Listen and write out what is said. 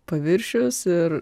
paviršius ir